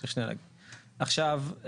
עכשיו,